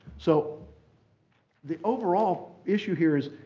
so the overall issue here is